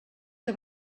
que